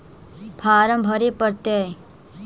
Farm भरे परतय?